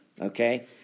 Okay